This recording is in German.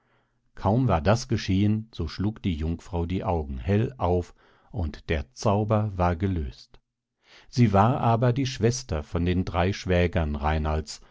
kaum war das geschehen so schlug die jungfrau die augen hell auf und der zauber war gelöst sie war aber die schwester von den drei schwägern reinalds